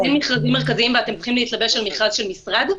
יש מכרזים מרכזיים ואתם צריכים להתלבש על מכרז של משרד?